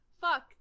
Fuck